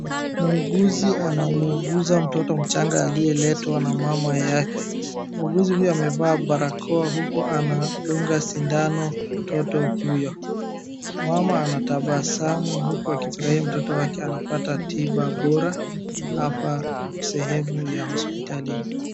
Muuguzi anamuuga mtoto mchanga aliyeletwa na mama yake. Muuguzi huyu amevaa barakoa huku anadunga sindano mtoto huyo. Mamam anatabasamu huku akifurahia mtoto wake anapata tiba bora hapa sehemu ya hospitalini.